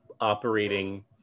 operating